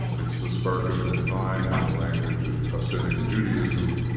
it's the spark of the divine, in the language of hasidic judaism.